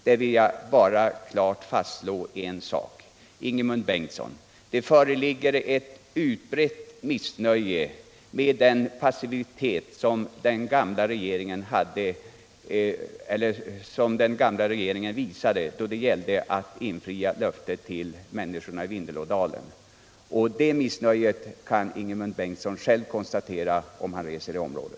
Jag vill klart fastslå en sak, Ingemund Bengtsson: Det föreligger ett utbrett missnöje med den passivitet som den tidigare regeringen visade då det gällde att infria löftet till människorna i Vindelådalen. Det kan Ingemund Bengtsson själv konstatera, om han besöker området.